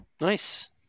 Nice